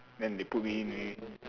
then they put me in already